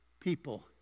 people